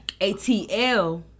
ATL